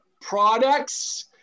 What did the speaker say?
Products